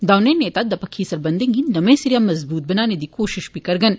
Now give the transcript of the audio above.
दोनें नेता दपक्खी सरबंधै गी नमें सिरेआ मजबूत बनाने दी कोषिष करङन